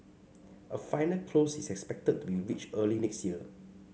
a final close is expected to be reached early next year